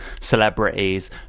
celebrities